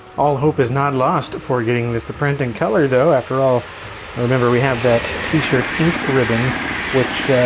all hope is not lost before getting this the printing color though. after all remember we have that t-shirt ink ribbon which